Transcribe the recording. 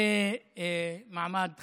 זה מעמד חשוב,